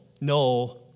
no